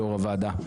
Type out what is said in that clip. יושב-ראש הוועדה.